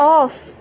off